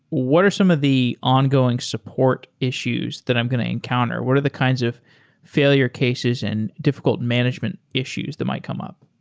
what are some of the ongoing support issues that i'm going to encounter? what are the kinds of failure cases and difficult management issues that might come up?